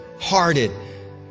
hearted